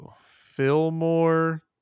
Fillmore